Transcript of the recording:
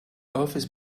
office